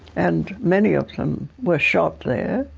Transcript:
and many of them were shot there,